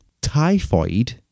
typhoid